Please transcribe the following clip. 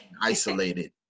isolated